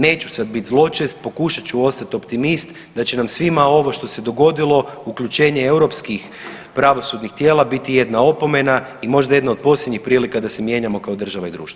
Neću sad bit zločest, pokušat ću ostat optimist da će nam svima ovo što se dogodilo uključenje europskih pravosudnih tijela biti jedna opomena i možda jedna od posljednjih prilika da se mijenjamo kao država i društvo.